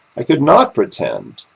i could not pretend,